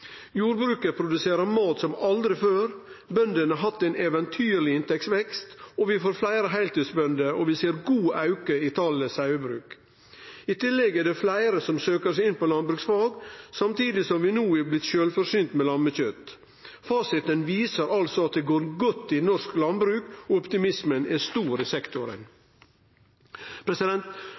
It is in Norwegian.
Jordbruket produserer mat som aldri før, bøndene har hatt ein eventyrleg inntektsvekst, og vi får fleire heiltidsbønder. Vi ser òg god auke i talet på sauebruk. I tillegg er det fleire som søkjer seg inn på landbruksfag, samtidig som vi no er blitt sjølvforsynte med lammekjøt. Fasiten viser altså at det går godt i norsk landbruk, og optimismen er stor i